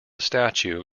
statue